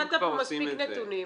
נתת מספיק נתונים.